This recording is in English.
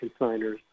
consigners